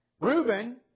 Reuben